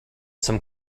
some